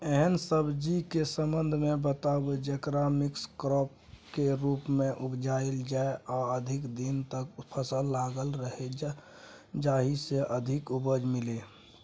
एहन सब्जी के संबंध मे बताऊ जेकरा मिक्स क्रॉप के रूप मे उपजायल जाय आ अधिक दिन तक फसल लागल रहे जाहि स अधिक उपज मिले?